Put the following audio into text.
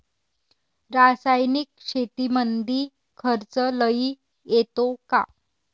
रासायनिक शेतीमंदी खर्च लई येतो का?